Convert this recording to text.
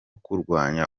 kurwanya